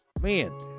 man